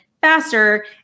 faster